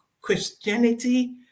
Christianity